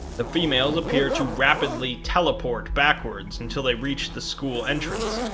the females appear to rapidly teleport backwards until they reach the school entrance,